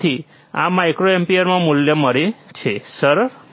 તેથી અમને માઇક્રોએમ્પીયરમાં મૂલ્ય મળે છે સરળ